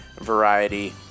variety